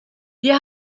wir